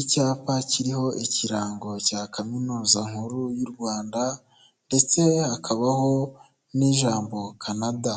Icyapa kiriho ikirango cya kaminuza nkuru y'u Rwanda ndetse hakabaho n'ijambo Canada,